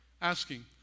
asking